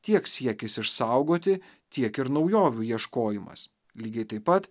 tiek siekis išsaugoti tiek ir naujovių ieškojimas lygiai taip pat